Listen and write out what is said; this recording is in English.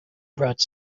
brought